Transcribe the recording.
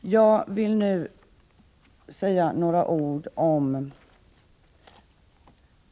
Jag vill nu säga några ord om